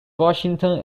washington